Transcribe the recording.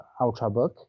Ultrabook